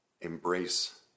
embrace